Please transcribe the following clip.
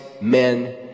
men